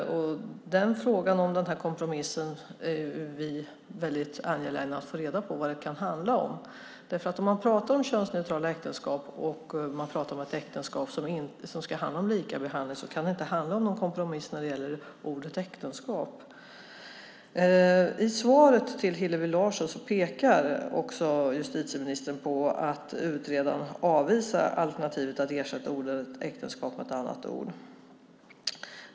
När det gäller frågan om kompromissen är vi väldigt angelägna att få reda på vad det kan handla om. När man talar om könsneutrala äktenskap och likabehandling kan det inte handla om en kompromiss om ordet äktenskap. I svaret till Hillevi Larsson pekar justitieministern på att utredaren avvisar alternativet att ersätta ordet äktenskap med ett annat ord.